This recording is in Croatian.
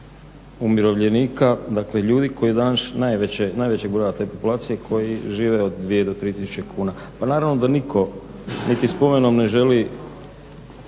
umirovljenika, dakle ljudi koji danas najvećeg broja te populacije koji žive od dvije do tri tisuće kuna. Pa naravno da nitko niti spomenom ne želi